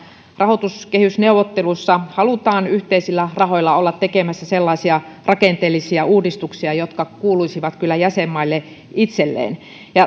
rahoituskehysneuvotteluissa halutaan yhteisillä rahoilla olla tekemässä sellaisia rakenteellisia uudistuksia jotka kuuluisivat kyllä jäsenmaille itselleen